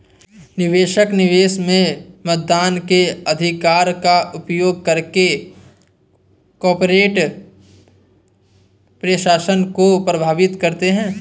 निवेशक, निवेश में मतदान के अधिकार का प्रयोग करके कॉर्पोरेट प्रशासन को प्रभावित करते है